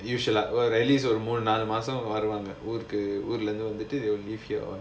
you should நாலு மாசம் வருவாங்க ஊர்ல இருந்து:naalu maasam varuvaanga oorla irunthu leave your